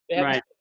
Right